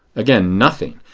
again nothing.